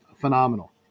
phenomenal